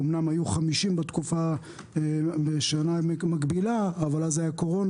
אמנם היו 50 בתקופה בשנה המקבילה אבל אז היתה קורונה.